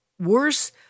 worse